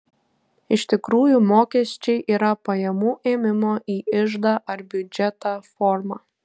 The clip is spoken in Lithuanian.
iš tikrųjų mokesčiai yra pajamų ėmimo į iždą ar biudžetą forma